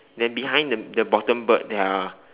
then behind the the bottom bird there are